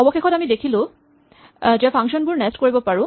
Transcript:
অৱশেষত আমি দেখিলো যে আমি ফাংচন বোৰ নেষ্ট কৰিব পাৰো